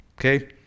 okay